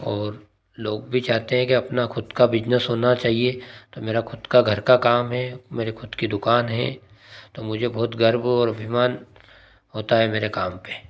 और लोग भी चाहते हैं कि अपना खुद का बिजनस होना चाहिए तो मेरा खुद का घर का काम है मेरे खुद की दुकान है तो मुझे बहुत गर्व और अभिमान होता है मेरे काम पे